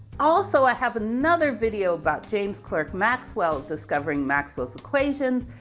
also, i have another video about james clerk maxwell, discovering maxwell's equations.